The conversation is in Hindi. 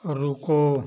रुको